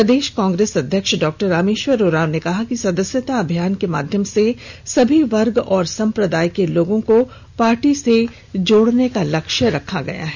प्रदेश Congress अध्यक्ष डॉ रामेश्वर उरांव ने कहा कि सदस्यता अभियान के माध्यम से सभी वर्ग और संप्रदाय के लोगों पार्टी से जोड़ने का लक्ष्य है